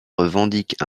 revendiquent